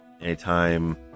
Anytime